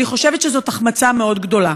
אני חושבת שזאת החמצה מאוד גדולה.